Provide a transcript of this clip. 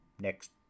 next